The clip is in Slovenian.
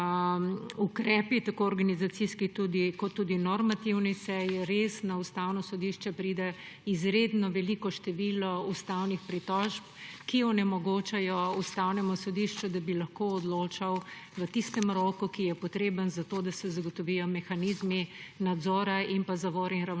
ukrepi tako organizacijski kot tudi normativni, saj res na Ustavno sodišče pride izredno veliko število ustavnih pritožb, ki onemogočajo Ustavnemu sodišču, da bi lahko odločalo v tistem roku, ki je potreben za to, da se zagotovijo mehanizmi nadzora ter zavor in